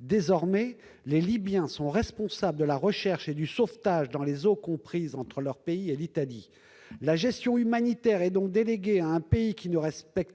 désormais, les Libyens sont responsables de la recherche et du sauvetage dans les eaux comprises entre leur pays et l'Italie ! La gestion humanitaire est donc déléguée à un pays qui ne respecte